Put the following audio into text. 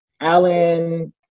Alan